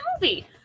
movie